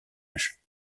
âge